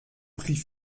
prix